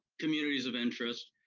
communities of interest,